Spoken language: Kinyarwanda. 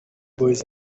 boys